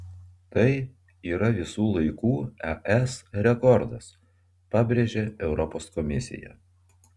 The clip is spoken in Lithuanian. tai yra visų laikų es rekordas pabrėžia europos komisija